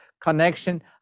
connection